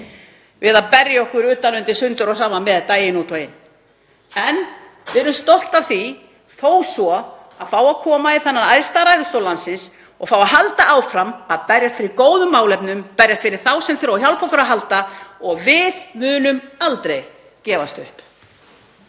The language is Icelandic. við að berja okkur með utan undir sundur og saman daginn út og inn. En við erum stolt af því þó að fá að koma í þennan æðsta ræðustól landsins og fá að halda áfram að berjast fyrir góðum málefnum, berjast fyrir þá sem þurfa á hjálp okkar að halda og við munum aldrei gefast upp.